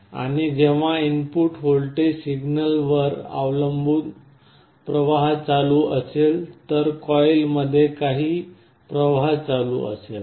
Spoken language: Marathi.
आणि जेव्हा इनपुट व्होल्टेज सिग्नलवर अवलंबून प्रवाह चालू असेल तर कॉइलमध्ये काही प्रवाह चालू असेल